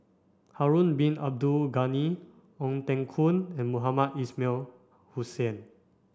Harun Bin Abdul Ghani Ong Teng Koon and Mohamed Ismail Hussain